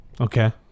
Okay